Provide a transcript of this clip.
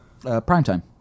primetime